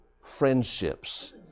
friendships